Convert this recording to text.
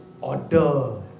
order